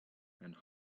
and